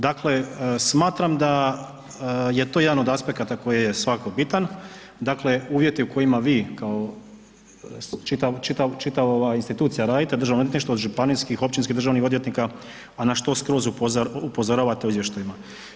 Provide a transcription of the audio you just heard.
Dakle smatram da je to jedan od aspekata koji je svakako bitan, dakle uvjeti u kojima vi kao čitava institucija radite, Državno odvjetništvo od županijskih, općinskih državnih odvjetnika, a na što skroz upozoravate u izvještajima.